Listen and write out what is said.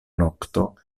nokto